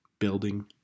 building